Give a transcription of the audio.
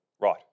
Right